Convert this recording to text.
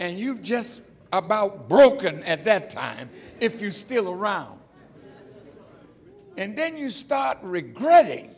and you've just about broken at that time if you're still around and then you start regretting